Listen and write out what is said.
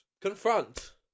confront